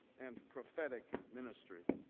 and prophetic ministry.